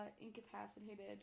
incapacitated